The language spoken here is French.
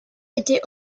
était